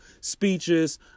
Speeches